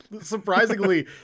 Surprisingly